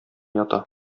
ята